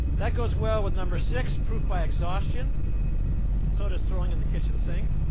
that goes well with number six proof by exhaustion so does throwing in the kitchen sink.